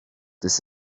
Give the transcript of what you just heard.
this